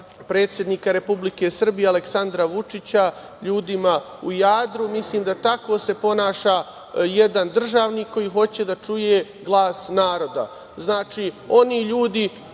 predsednika Republike Srbije Aleksandra Vučića ljudima u Jadru. Mislim da se tako ponaša jedan državnik koji hoće da čuje glas naroda. Znači, oni ljudi